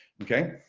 okay.